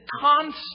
constant